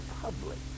public